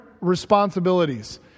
responsibilities